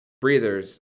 breathers